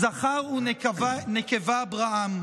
"זכר ונקבה בראם".